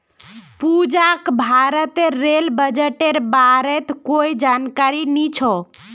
पूजाक भारतेर रेल बजटेर बारेत कोई जानकारी नी छ